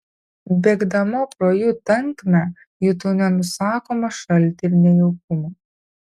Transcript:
bėgdama pro jų tankmę jutau nenusakomą šaltį ir nejaukumą